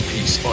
Peace